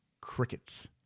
crickets